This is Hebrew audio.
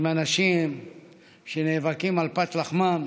עם אנשים שנאבקים על פת לחמם.